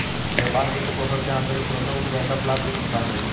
व्यापार वित्तपोषण के आंतरिक स्रोतों में बैकअप लाभ भी शामिल हैं